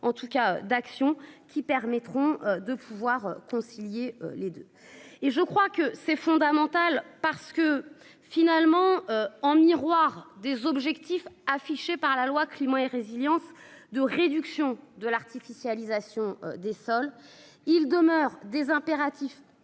en tout cas d'. Qui permettront de pouvoir concilier les 2 et je crois que c'est fondamental parce que finalement en miroir des objectifs affichés par la loi climat et résilience de réduction de l'artificialisation des sols. Il demeure des impératifs